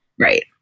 Right